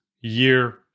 year